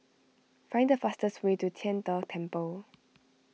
find the fastest way to Tian De Temple